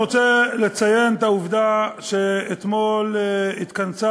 אני רוצה לציין את העובדה שאתמול התכנסה